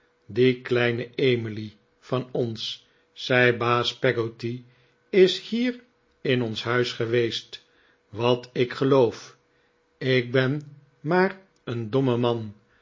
die kleine emily van ons zei baas peggotty is hier in ons huis geweest wat ik geloof ik ben maar een domme man